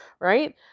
right